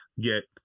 get